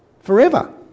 forever